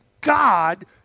God